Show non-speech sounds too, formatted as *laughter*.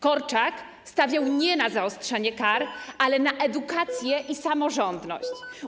Korczak stawiał *noise* nie na zaostrzanie kar, ale na edukację i samorządność.